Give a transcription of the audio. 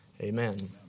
amen